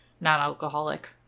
non-alcoholic